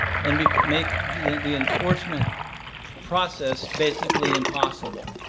and make the enforcement process basically impossible.